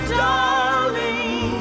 darling